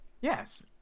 Yes